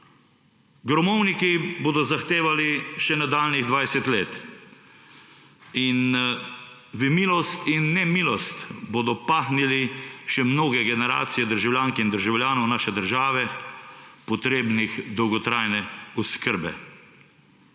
Gromovniki bodo zahtevali še nadaljnjih 20 let in v milost in nemilost bodo pahnili še mnoge generacije državljank in državljanov naše države, potrebnih dolgotrajne oskrbe.